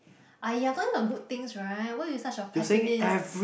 !aiya! talking about good things right why you such a pessimist